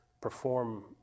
perform